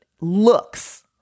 looks